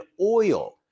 oil